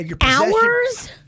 Hours